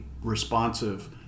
Responsive